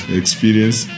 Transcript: experience